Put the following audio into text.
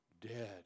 Dead